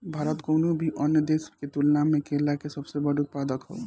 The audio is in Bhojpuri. भारत कउनों भी अन्य देश के तुलना में केला के सबसे बड़ उत्पादक ह